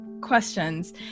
questions